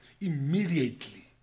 immediately